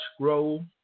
grow